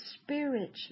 spiritually